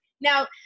now